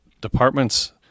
departments